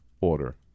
order